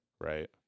Right